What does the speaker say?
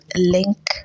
link